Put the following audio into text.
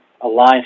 align